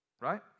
Right